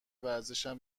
ورزشم